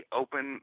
open